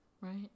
right